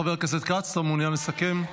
חבר הכנסת כץ, אתה מעוניין לסכם?